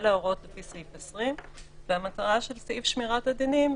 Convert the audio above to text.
אלה ההוראות לפי סעיף 20. המטרה של סעיף שמירת הדינים,